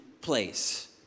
place